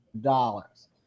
dollars